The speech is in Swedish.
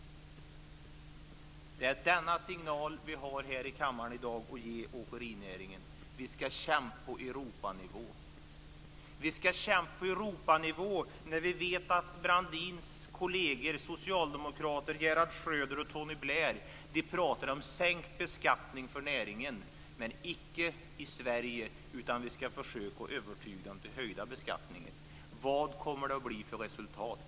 Det är denna signal vi här i kammaren i dag har att ge åkerinäringen: Vi skall kämpa på Europanivå. Vi skall kämpa på Europanivå när vi vet att Brandins kolleger, socialdemokraterna Gerhard Schröder och Tony Blair, pratar om sänkt beskattning för näringen. Men det gäller icke i Sverige, utan vi skall försöka övertyga dem om högre beskattning. Vad kommer det att bli för resultat?